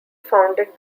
founded